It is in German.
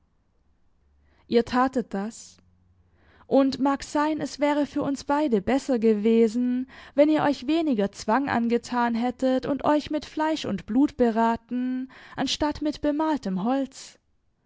ihr tatet das und mag sein es wäre für uns beide besser gewesen wenn ihr euch weniger zwang angetan hättet und euch mit fleisch und blut beraten anstatt mit bemaltem holz